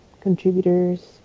contributors